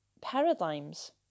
paradigms